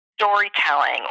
storytelling